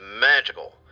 magical